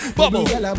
bubble